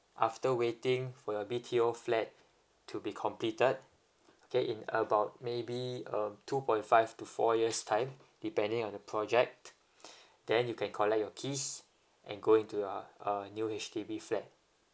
after waiting for your B_T_O flat to be completed okay in about maybe um two point five to four years time depending on the project then you can collect your keys and going to your uh new H_D_B flat